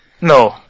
No